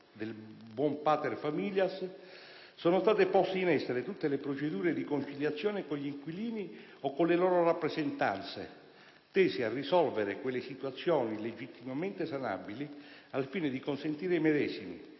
del buon *pater familias*, sono state poste in essere tutte le procedure di conciliazione con gli inquilini o con le loro rappresentanze, tese a risolvere quelle situazioni legittimamente sanabili, al fine di consentire ai medesimi